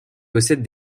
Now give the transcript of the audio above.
possède